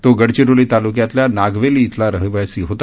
तो गडचिरोली तालूक्यातल्या नागवेली इथला रहिवासी होता